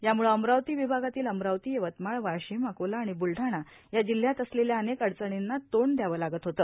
यामुळं अमरावती विभागातील अमरावतीए यवतमाळए वाशीमए अकोला आणि बुलढाणा या जिल्ह्यात असलेल्या अनेक अडचणींना तोंड दयावे लागत होते